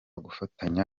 gufatanya